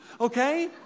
okay